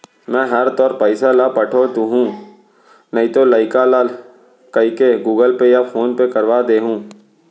मैं हर तोर पइसा ल पठो दुहूँ नइतो लइका ल कइके गूगल पे या फोन पे करवा दे हूँ